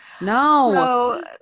No